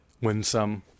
winsome